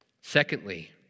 Secondly